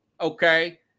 okay